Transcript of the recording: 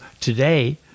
today